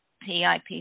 PIP